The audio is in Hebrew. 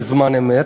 בזמן אמת.